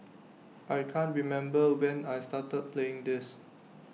I can't remember when I started playing this